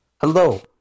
Hello